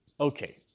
Okay